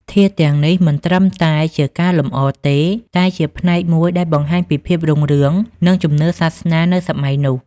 ធាតុទាំងនេះមិនត្រឹមតែជាការលម្អទេ តែជាផ្នែកមួយដែលបង្ហាញពីភាពរុងរឿង និងជំនឿសាសនានៅសម័យនោះ។